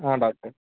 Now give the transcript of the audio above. doctor